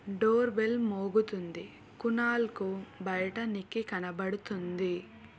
door bell మోగుతుంది కునాల్కు బయట నిక్కి కనబడుతుంది